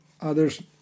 Others